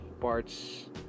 parts